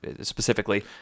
specifically